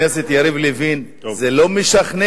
חבר הכנסת יריב לוין, זה לא משכנע.